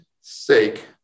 sake